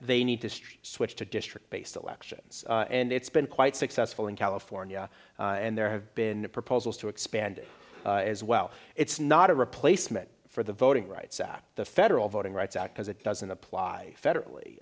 ey need to switch to district based elections and it's been quite successful in california and there have been proposals to expand it as well it's not a replacement for the voting rights act the federal voting rights act because it doesn't apply